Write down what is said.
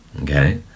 Okay